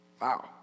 Wow